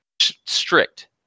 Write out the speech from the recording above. strict